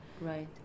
Right